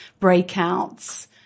breakouts